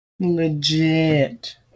Legit